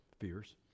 fears